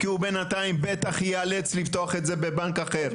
כי הוא בנתיים בטח ייאלץ לפתוח את זה בבנק אחר.